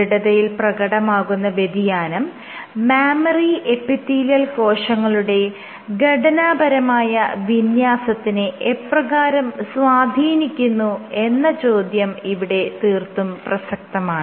ദൃഢതയിൽ പ്രകടമാകുന്ന വ്യതിയാനം mammary epithelial കോശങ്ങളുടെ ഘടനാപരമായ വിന്യാസത്തിനെ എപ്രകാരം സ്വാധീനിക്കുന്നു എന്ന ചോദ്യം ഇവിടെ തീർത്തും പ്രസക്തമാണ്